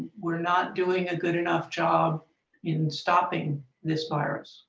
we're not doing a good enough job in stopping this virus,